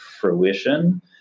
fruition